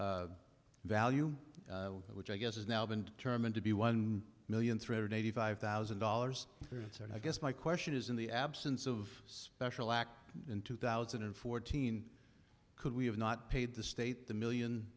stated value which i guess has now been determined to be one million three hundred eighty five thousand dollars it's i guess my question is in the absence of special act in two thousand and fourteen could we have not paid the state the million